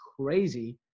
crazy